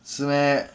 是 meh